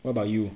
what about you